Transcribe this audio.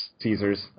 Caesars